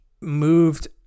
moved